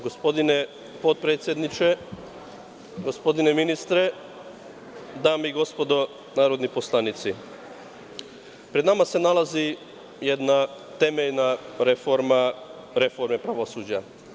Gospodine potpredsedniče, gospodine ministre, dame i gospodo narodni poslanici, pred nama se nalazi jedna temeljna reforma reforme pravosuđa.